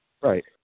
Right